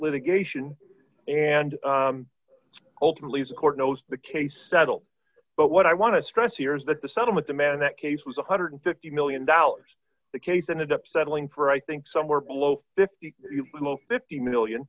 litigation and ultimately the court knows the case settled but what i want to stress here is that the settlement demand that case was one hundred and fifty million dollars the case ended up settling for i think somewhere below five billion fifty million